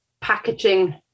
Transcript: packaging